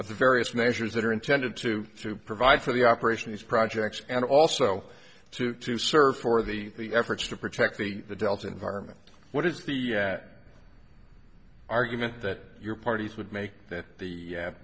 of the various measures that are intended to to provide for the operations projects and also to to serve for the efforts to protect the delta environment what is the at argument that your parties would make that the